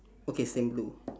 okay same blue